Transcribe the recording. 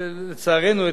לצערנו,